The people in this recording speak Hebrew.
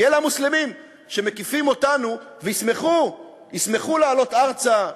כי אלה המוסלמים שמקיפים אותנו וישמחו לעלות ארצה,